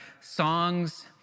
songs